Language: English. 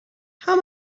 how